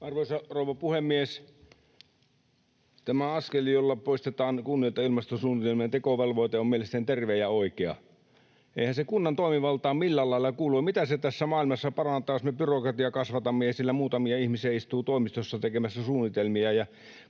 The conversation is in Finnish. Arvoisa rouva puhemies! Tämä askel, jolla poistetaan kunnilta ilmastosuunnitelmien tekovelvoite, on mielestäni terve ja oikea. Eihän se kunnan toimivaltaan millään lailla kuulu. Mitä se tässä maailmassa parantaa, jos me byrokratiaa kasvatamme ja siellä muutamia ihmisiä istuu toimistossa tekemässä suunnitelmia